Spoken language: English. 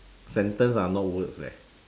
sentence are not words leh